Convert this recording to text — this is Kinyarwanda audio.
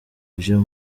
vyo